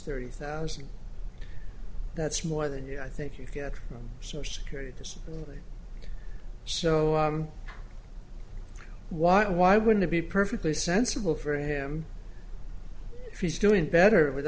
thirty thousand that's more than you know i think you get social security disability so why why wouldn't it be perfectly sensible for him if he's doing better with